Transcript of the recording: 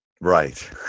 Right